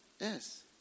Yes